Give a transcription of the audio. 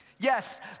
Yes